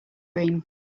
cream